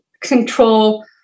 control